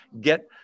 get